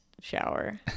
shower